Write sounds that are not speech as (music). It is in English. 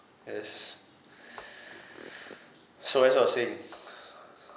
as (breath) so as I was saying